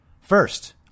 first